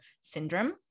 syndrome